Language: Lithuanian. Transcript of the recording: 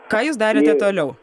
ką jūs darėte toliau